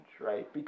right